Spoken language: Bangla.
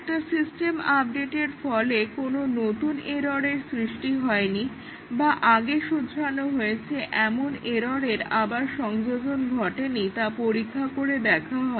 একটা সিস্টেম আপডেটের ফলে কোনো নতুন এররের সৃষ্টি হয়নি বা আগে শুধরানো হয়েছে এমন এররের আবার সংযোজন ঘটেনি তা পরীক্ষা করে দেখা হয়